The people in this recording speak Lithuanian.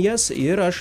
jas ir aš